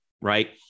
Right